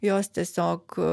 jos tiesiog